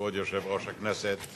כבוד יושב-ראש הכנסת